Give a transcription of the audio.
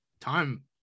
Time